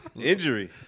Injury